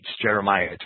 Jeremiah